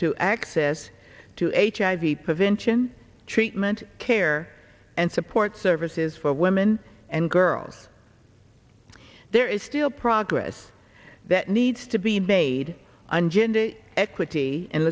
to access to a hiv prevention treatment care and support services for women and girls there is still progress that needs to be made on gender equity